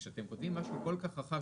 כשאתם כותבים משהו כל כך רחב,